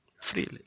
Freely